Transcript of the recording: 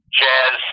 jazz